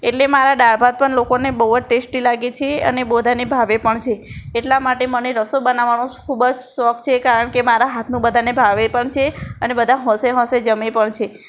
એટલે મારા દાળ ભાત પણ લોકોને બહુ જ ટેસ્ટી લાગે છે અને બધાને ભાવે પણ છે એટલા માટે મને રસોઈ બનાવવાનો ખૂબ જ શોખ છે કારણ કે મારા હાથનું બધાને ભાવે પણ છે અને બધા હોંશે હોંશે જમે પણ છે